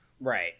Right